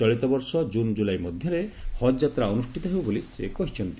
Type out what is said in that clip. ଚଳିତ ବର୍ଷ June July ମଧ୍ୟରେ ହକ୍ ଯାତ୍ରା ଅନୁଷ୍ଠିତ ହେବ ବୋଲି ସେ କହିଛନ୍ତି